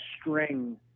string